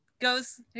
Goes